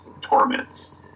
torments